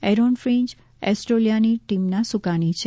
Aaron Finch ઓસ્ટ્રેલિયાની ટીમના સુકાની છે